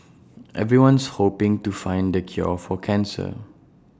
everyone's hoping to find the cure for cancer